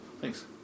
Thanks